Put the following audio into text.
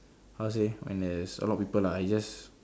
how say when there's a lot people lah I just